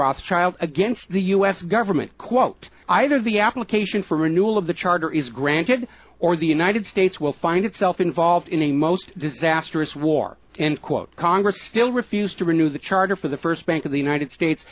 rob child against the u s government quote either the application for renewal of the charter is granted or the united states will find itself involved in a most disastrous war and quote congress still refused to renew the charter for the first bank of the united states